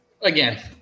again